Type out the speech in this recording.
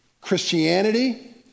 Christianity